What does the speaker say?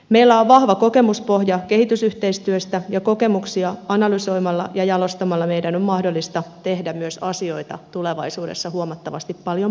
meillä on vahva kokemuspohja kehitysyhteistyöstä ja kokemuksia analysoimalla ja jalostamalla meidän on myös mahdollista tehdä asioita tulevaisuudessa huomattavasti paljon paremmin